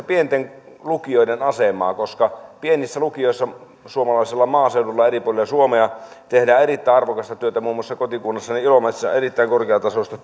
pienten lukioiden asemaa koska pienissä lukioissa suomalaisella maaseudulla eri puolilla suomea tehdään erittäin arvokasta työtä muun muassa kotikunnassani ilomantsissa erittäin korkeatasoista